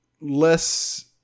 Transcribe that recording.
less